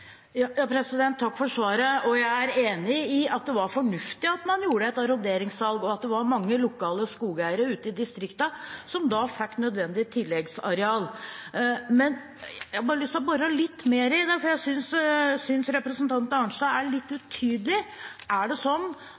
arronderingssalg, og at det var mange lokale skogeiere ute i distriktene som da fikk nødvendig tilleggsareal. Men jeg har lyst til å bore litt mer i det, for jeg synes representanten Arnstad er litt utydelig. Er det sånn